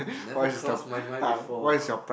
!wah! never crossed my mind before